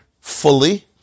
fully